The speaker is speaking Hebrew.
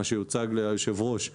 מה שיוצג ליושב-ראש בקרוב,